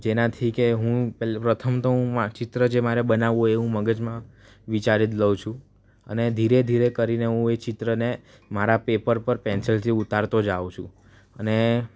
જેનાથી કે હું પ્રથમ તો હું મા ચિત્ર જે મારે બનાવવું હોય એ હું મગજમાં વિચારી જ લઉં છું અને ધીરે ધીરે કરીને હું એ ચિત્રને મારા પેપર પર પેન્સિલથી ઉતારતો જાઉં છું અને